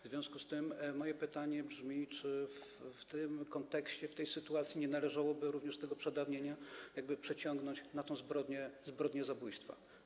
W związku z tym moje pytanie brzmi: Czy w tym kontekście, w tej sytuacji nie należałoby również tego przedawnienia przeciągnąć na tę zbrodnię zabójstwa?